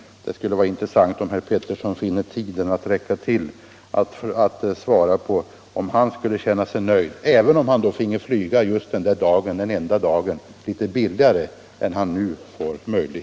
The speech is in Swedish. Om herr Petersson i Gäddvik får tiden att räcka till, vore det intressant om han svarade på frågan om han skulle känna sig nöjd med detta, även om han fick flyga den enda dagen litet billigare än nu.